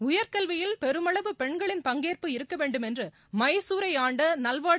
உயர்கல்வியில் பெருமளவு பெண்களின் பங்கேற்பு இருக்க வேண்டுமென்று மைசூரை ஆண்ட நல்வாடி